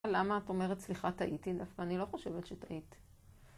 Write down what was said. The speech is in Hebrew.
למה את אומרת סליחה, טעיתי דווקא? אני לא חושבת שטעית.